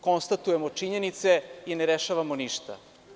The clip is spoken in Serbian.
Konstatujemo činjenice i ne rešavamo ništa.